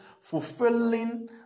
fulfilling